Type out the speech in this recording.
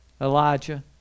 Elijah